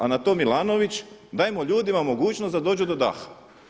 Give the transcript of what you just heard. A na to Milanović dajmo ljudima mogućnost da dođu do daha.